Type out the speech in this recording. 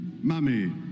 Mummy